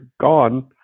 gone